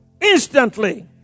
instantly